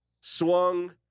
swung